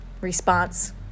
Response